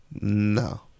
No